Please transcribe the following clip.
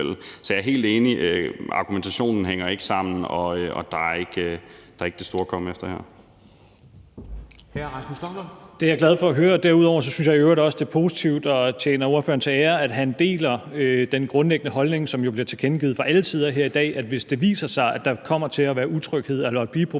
Formanden (Henrik Dam Kristensen): Hr. Rasmus Stoklund. Kl. 14:03 Rasmus Stoklund (S): Det er jeg glad for at høre, og derudover synes jeg i øvrigt også, at det er positivt og tjener ordføreren til ære, at han deler den grundlæggende holdning, som jo bliver tilkendegivet fra alle sider her i dag, nemlig at hvis det viser sig, at der kommer til at være utryghed eller blive